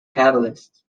catalysts